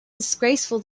disgraceful